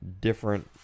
Different